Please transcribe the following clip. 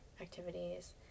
activities